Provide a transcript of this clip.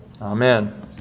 Amen